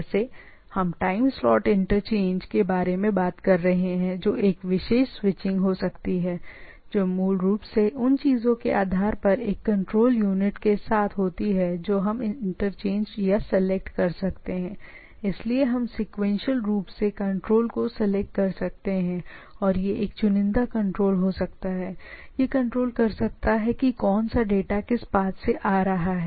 जैसे हम time slot interchange के बारे में बात कर रहे हैं ताकि मेरे पास एक विशेष स्विचिंग चीज हो सकती है जो मूल रूप से उन चीजों के आधार पर एक कंट्रोल यूनिट के साथ होती है जो हम इंटरचेंज या सेलेक्ट कर सकते हैं इसलिए यह है कि हम सीक्वेंशियल रूप से कंट्रोल को सेलेक्ट कर सकते हैं और यह एक चुनिंदा हो सकता है यह कंट्रोल करें कि कौन सा डेटा किस चीज़ में आ रहा है